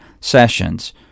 sessions